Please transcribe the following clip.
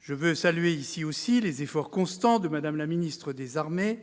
Je veux saluer ici aussi les efforts constants de Mme la ministre des armées,